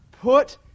Put